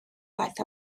ddaeth